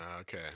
Okay